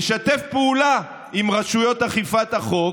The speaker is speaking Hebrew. לשתף פעולה עם רשויות אכיפת החוק,